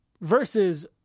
versus